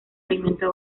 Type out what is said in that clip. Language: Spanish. alimento